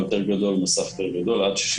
גם שם